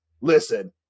listen